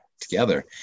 together